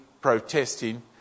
protesting